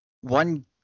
one